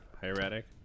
hieratic